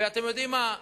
ואתם יודעים מה,